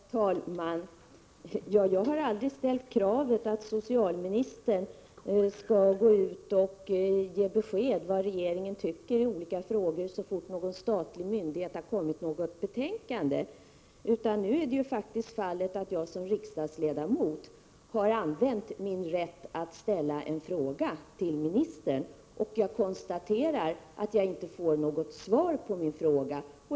Herr talman! Jag har aldrig ställt kravet att socialministern skall gå ut och ge besked om vad regeringen tycker i olika frågor så fort en statlig myndighet har kommit med ett betänkande, utan nu är fallet det att jag såsom riksdagsledamot har använt min rätt att ställa en fråga till ministern. Jag konstaterar att jag inte får något svar på min fråga.